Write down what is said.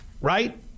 right